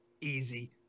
easy